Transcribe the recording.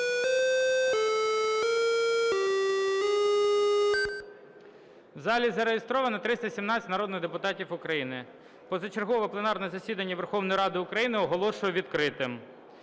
В залі зареєстровано 317 народних депутатів України. Позачергове пленарне засідання Верховної Ради України оголошую відкритим.